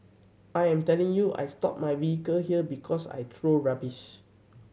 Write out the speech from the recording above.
I am telling you I stop my vehicle here because I throw rubbish